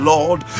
Lord